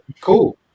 cool